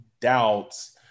doubts